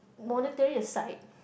monetary aside